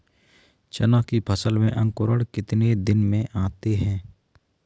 चना की फसल में अंकुरण कितने दिन में आते हैं?